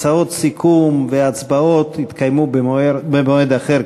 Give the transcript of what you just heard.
הצעות סיכום והצבעות יתקיימו במועד אחר,